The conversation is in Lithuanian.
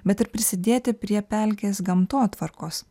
bet ir prisidėti prie pelkės gamtotvarkos